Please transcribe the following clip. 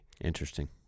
Interesting